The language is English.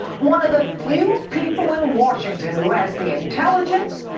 one of the few people in washington who has the intelligence,